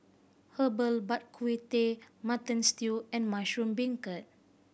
Herbal Bak Ku Teh Mutton Stew and mushroom beancurd